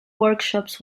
workshops